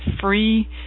free